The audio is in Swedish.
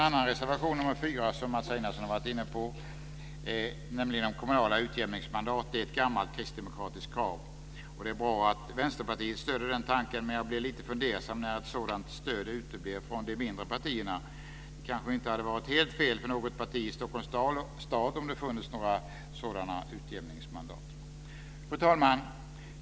Vår reservation 4 har Mats Einarsson varit inne på. Den handlar om kommunala utjämningsmandat. Det är ett gammalt kristdemokratiskt krav. Det är bra att Vänsterpartiet stöder den tanken. Men jag blev lite fundersam när jag såg att stöd uteblev från de mindre partierna. Det kanske inte hade varit helt fel för något parti i Stockholms stad om det hade funnits några sådana utjämningsmandat. Fru talman!